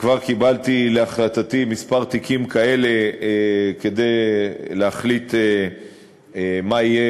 וכבר קיבלתי להחלטתי כמה תיקים כאלה כדי להחליט מה יהיה